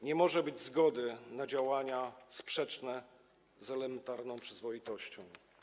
Nie może być zgody na działania sprzeczne z elementarną przyzwoitością.